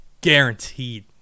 guaranteed